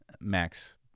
Max